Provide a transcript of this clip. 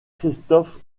christophe